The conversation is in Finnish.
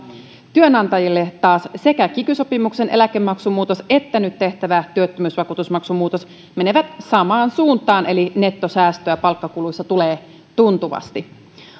työnantajille taas sekä kiky sopimuksen eläkemaksun muutos että nyt tehtävä työttömyysvakuutusmaksun muutos menevät samaan suuntaan eli nettosäästöä palkkakuluissa tulee tuntuvasti